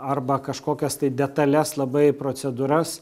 arba kažkokias tai detales labai procedūras